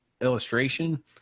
illustration